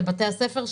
לבתי הספר,